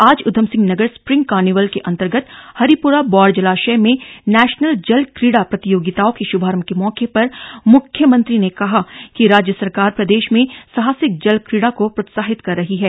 आज Udham Singh Nagar spring carnival के अंतर्गत हरिपुरा बौर जलाशय में नेशनल जल क्रीड़ा प्रतियोगिताओं के शुभारंभ के मौके पर मुख्यमंत्री ने कहा कि राज्य सरकार प्रदेश में साहसिक जल क्रीड़ा को प्रोत्साहित कर रही है